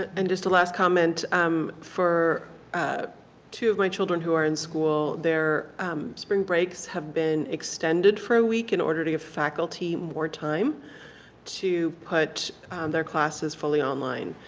and just last comment um for ah two of my children who are in school. their spring breaks have been extended four a week in order to give faculty more time to put their classes fully online.